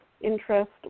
interest